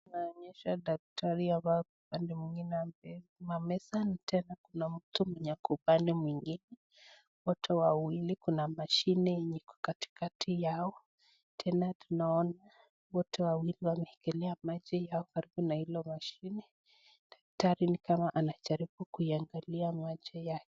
Tunaoneshwa daktari ambaye pande mwingine kuna meza tena kuna mtu mwenye ako upande mwingine, wote wawili kuna mashini iko katikati yao, tena tunaona wote wawili wameekelea maji yao karibu na hilo mashini, daktari ni kama anajaribu kuangalia maji yake.